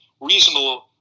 reasonable